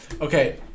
Okay